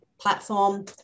platform